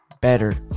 better